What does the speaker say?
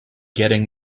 getting